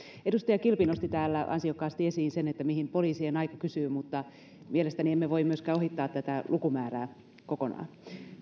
edustaja kilpi nosti täällä ansiokkaasti esiin sen mihin poliisien aikaa kysytään mutta mielestäni emme voi myöskään ohittaa tätä lukumäärää kokonaan